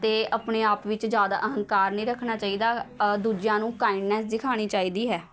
ਅਤੇ ਆਪਣੇ ਆਪ ਵਿੱਚ ਜ਼ਿਆਦਾ ਅਹੰਕਾਰ ਨਹੀਂ ਰੱਖਣਾ ਚਾਹੀਦਾ ਦੂਜਿਆਂ ਨੂੰ ਕਾਇੰਡਨੈਸ ਦਿਖਾਉਣੀ ਚਾਹੀਦੀ ਹੈ